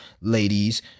ladies